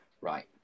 Right